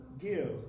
give